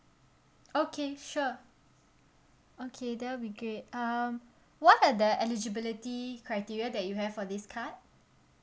okay sure okay that'll be great uh what are the eligibility criteria that you have for this card